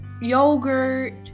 yogurt